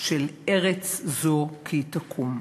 של ארץ זו כי תקום".